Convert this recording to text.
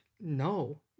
no